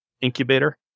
incubator